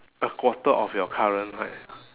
a quarter of your current height